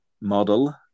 Model